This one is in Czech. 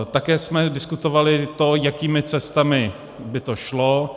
Také jsme diskutovali to, jakými cestami by to šlo.